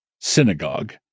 synagogue